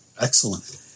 Excellent